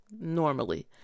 normally